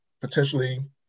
potentially